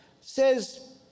says